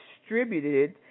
distributed